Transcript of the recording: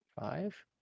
five